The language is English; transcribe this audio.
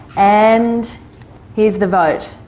and here's the vote